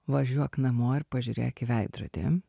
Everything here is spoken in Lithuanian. važiuok namo ir pažiūrėk į veidrodį